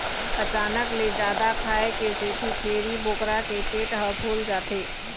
अचानक ले जादा खाए के सेती छेरी बोकरा के पेट ह फूल जाथे